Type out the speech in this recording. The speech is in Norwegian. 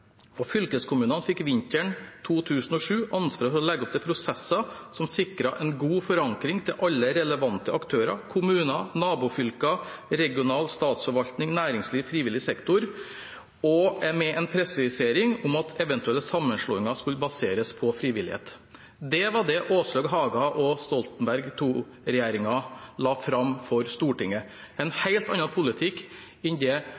Fylkeskommunene fikk vinteren 2007 ansvaret for å legge opp til prosesser som sikret en god forankring til alle relevante aktører, kommuner, nabofylker, regional statsforvaltning, næringsliv og frivillig sektor, med en presisering om at eventuelle sammenslåinger skulle baseres på frivillighet. Det var det Åslaug Haga og Stoltenberg II-regjeringen la fram for Stortinget – en helt annen politikk enn Solberg-regjeringen la opp til når det gjaldt det